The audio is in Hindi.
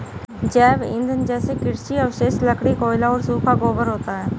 जैव ईंधन जैसे कृषि अवशेष, लकड़ी, कोयला और सूखा गोबर होता है